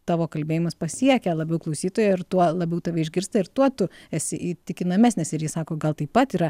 tavo kalbėjimas pasiekia labiau klausytoją ir tuo labiau tave išgirsta ir tuo tu esi įtikinamesnis ir ji sako gal taip pat yra